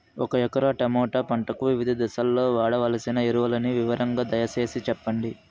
ఒక ఎకరా టమోటా పంటకు వివిధ దశల్లో వాడవలసిన ఎరువులని వివరంగా దయ సేసి చెప్పండి?